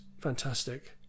fantastic